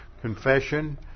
Confession